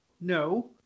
No